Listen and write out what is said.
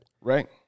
Right